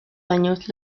años